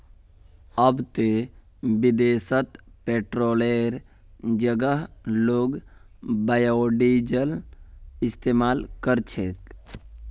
अब ते विदेशत पेट्रोलेर जगह लोग बायोडीजल इस्तमाल कर छेक